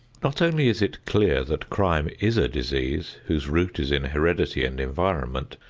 not only is it clear that crime is a disease whose root is in heredity and environment,